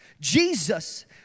Jesus